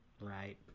right